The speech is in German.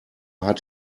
hat